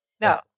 No